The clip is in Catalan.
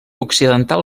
occidental